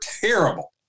terrible